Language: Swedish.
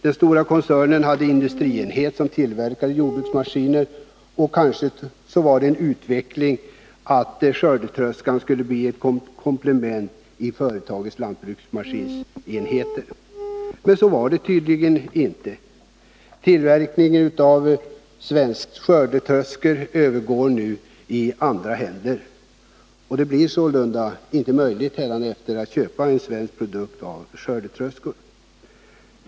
Den stora koncernen hade en industrienhet som tillverkade jordbruksmaskiner, och kanske kunde skördetröskan bli ett komplement till företagets lantbruksmaskinsenheter. Men så var det tydligen inte. Den svenska tillverkningen av skördetröskor övergår nu i andra händer. De svensktillverkade skördetröskorna kommer sålunda att försvinna från marknaden.